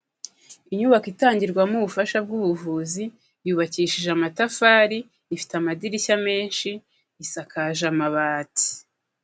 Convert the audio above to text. Inyubako itangirwamo ubufasha bw'ubuvuzi, yubakishije amatafari, ifite amadirishya menshi isakaje amabati.